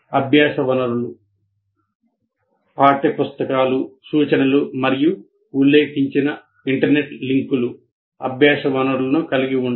అభ్యాస వనరులు పాఠ్యపుస్తకాలు సూచనలు మరియు ఉల్లేఖించిన ఇంటర్నెట్ లింకులు అభ్యాస వనరులను కలిగి ఉంటాయి